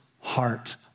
heart